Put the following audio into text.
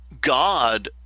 God